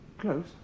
Close